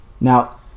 Now